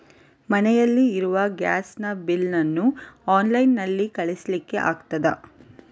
ಮನೆಯಲ್ಲಿ ಇರುವ ಗ್ಯಾಸ್ ನ ಬಿಲ್ ನ್ನು ಆನ್ಲೈನ್ ನಲ್ಲಿ ಕಳಿಸ್ಲಿಕ್ಕೆ ಆಗ್ತದಾ?